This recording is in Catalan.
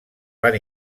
van